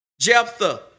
Jephthah